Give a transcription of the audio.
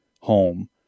home